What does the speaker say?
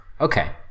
Okay